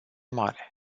mare